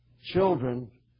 Children